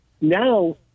Now